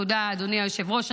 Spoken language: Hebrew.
תודה, אדוני היושב-ראש.